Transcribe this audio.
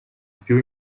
più